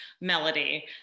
melody